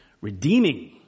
redeeming